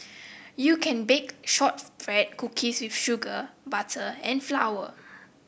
you can bake shortbread cookies with sugar butter and flour